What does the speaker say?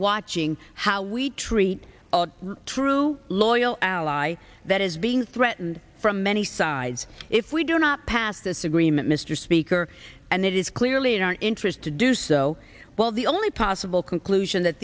watching how we treat our true low oil ally that is being threatened from many sides if we do not pass this agreement mr speaker and it is clearly in our interest to do so while the only possible conclusion that